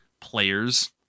players